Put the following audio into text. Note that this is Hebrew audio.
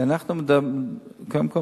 אנחנו קודם כול,